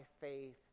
faith